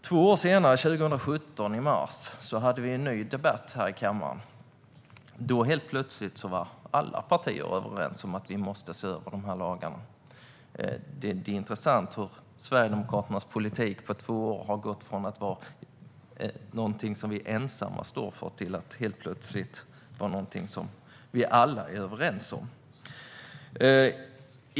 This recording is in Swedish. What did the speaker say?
Två år senare, 2017 i mars, hade vi en ny debatt i kammaren. Då var helt plötsligt alla partier överens om att vi måste se över lagarna. Det är intressant hur Sverigedemokraternas politik på två år har gått från att vara något som vi ensamma står för till att helt plötsligt vara något som vi alla är överens om.